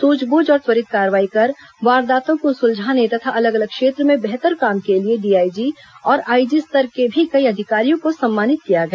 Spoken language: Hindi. सुझबूझ और त्वरित कार्रवाई कर वारदातों को सुलझाने तथा अलग अलग क्षेत्र में बेहतर काम के लिए डीआईजी और आईजी स्तर के भी कई अधिकारियों को सम्मानित किया गया